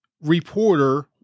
reporter